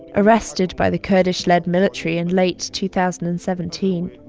arrested by the kurdish-led military in late two thousand and seventeen.